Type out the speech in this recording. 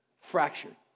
fractured